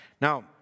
Now